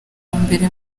mbere